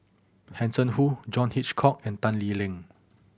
Hanson Ho John Hitchcock and Tan Lee Leng